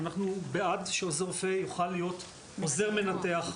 אנחנו בעד שעוזר רופא יוכל להיות עוזר מנתח,